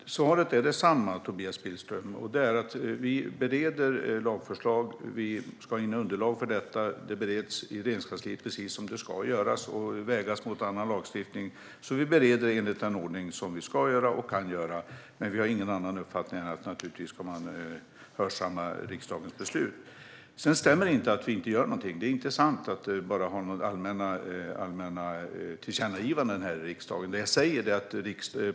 Fru talman! Svaret är detsamma, Tobias Billström: Vi bereder lagförslag och ska ha in underlag för detta. Det bereds i Regeringskansliet, precis som det ska, och vägs mot annan lagstiftning. Vi bereder alltså enligt den ordning som vi ska följa och gör vad vi kan, men vi har ingen annan uppfattning än att man naturligtvis ska hörsamma riksdagens beslut. Det stämmer inte att vi inte gör någonting. Det är inte sant att det bara görs allmänna tillkännagivanden här i riksdagen.